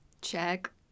Check